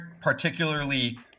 particularly